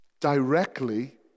directly